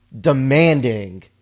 demanding